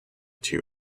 two